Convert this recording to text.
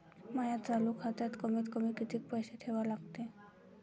माया चालू खात्यात कमीत कमी किती पैसे ठेवा लागते?